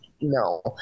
No